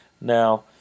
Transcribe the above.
Now